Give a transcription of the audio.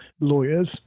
lawyers